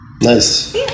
Nice